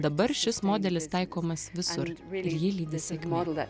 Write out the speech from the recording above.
dabar šis modelis taikomas visur ir jį lydi sėkmė